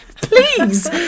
please